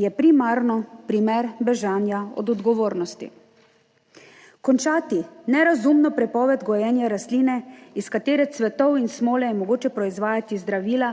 je primarno primer bežanja od odgovornosti. Končati nerazumno prepoved gojenja rastline, iz katere cvetov in smole je mogoče proizvajati zdravila,